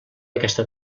aquesta